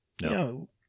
No